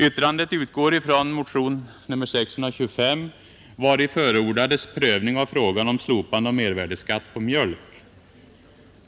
Yttrandet utgår från motion nr 625, vari förordades prövning av frågan om slopande av mervärdeskatt på mjölk.